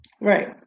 Right